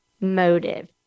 motive